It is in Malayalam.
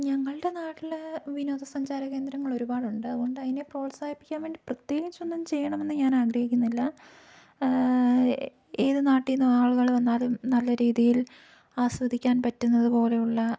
ഞങ്ങളുടെ നാട്ടിൽ വിനോദസഞ്ചാര കേന്ദ്രങ്ങൾ ഒരുപാടുണ്ട് അതുകൊണ്ട് അതിനെ പ്രോത്സാഹിപ്പിക്കാൻ വേണ്ടി പ്രത്യേകിച്ച് ഒന്നും ചെയ്യണമെന്ന് ഞാൻ ആഗ്രഹിക്കുന്നില്ല ഏത് നാട്ടിൽ നിന്ന് ആളുകൾ വന്നാലും നല്ല രീതിയിൽ ആസ്വദിക്കാൻ പറ്റുന്നതു പോലെയുള്ള